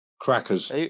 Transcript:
Crackers